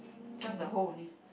just the hole only